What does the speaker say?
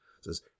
says